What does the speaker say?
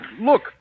Look